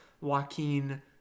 Joaquin